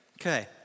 Okay